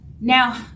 Now